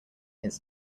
his